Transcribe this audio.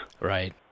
right